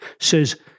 says